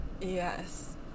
Yes